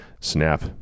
snap